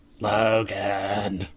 Logan